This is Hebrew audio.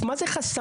מה זה חסמים?